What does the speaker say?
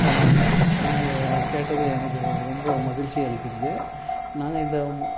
ஆமாங்க நீங்கள் கேட்டது எனக்கு ரொம்ப மகிழ்ச்சி அளிக்கிறது நாங்கள் இந்த